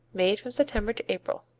made from september to april.